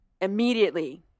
immediately